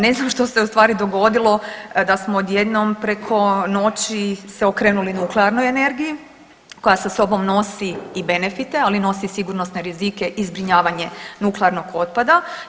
Ne znam što se ustvari dogodilo da smo odjednom preko noći se okrenuli nuklearnoj energiji, koja sa sobom nosi i benefite ali nosi i sigurnosne rizike i zbrinjavanje nuklearnog otpada.